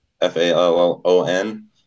F-A-L-L-O-N